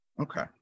Okay